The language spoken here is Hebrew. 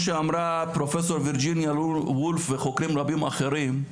שאמרה פרופ' וירג'יניה וולף וחוקרים רבים אחרים,